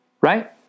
Right